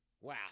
wow